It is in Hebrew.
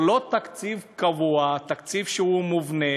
הוא לא תקציב קבוע, תקציב שהוא מובנה.